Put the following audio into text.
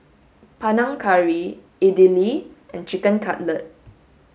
Panang Curry Idili and Chicken Cutlet